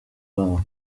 babo